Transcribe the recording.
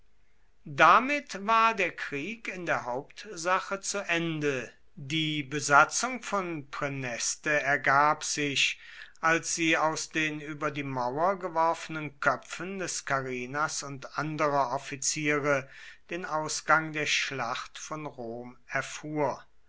damit war der krieg in der hauptsache zu ende die besatzung von praeneste ergab sich als die aus den über die mauer geworfenen köpfen des carrinas und anderer offiziere den ausgang der schlacht von rom erfuhr